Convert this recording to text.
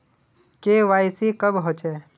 KYC कब होचे?